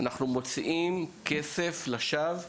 אנחנו מוציאים כסף לשווא בהמשך.